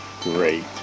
great